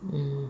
mm